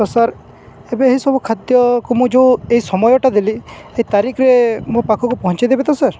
ତ ସାର୍ ଏବେ ଏହିସବୁ ଖାଦ୍ୟକୁ ମୁଁ ଯେଉଁ ଏଇ ସମୟଟା ଦେଲି ଏ ତାରିଖରେ ମୋ ପାଖକୁ ପହଞ୍ଚାଇ ଦେବେ ତ ସାର୍